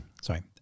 Sorry